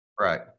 Right